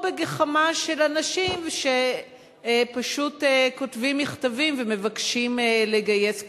או בגחמה של אנשים שפשוט כותבים מכתבים ומבקשים לגייס כספים?